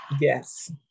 Yes